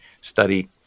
study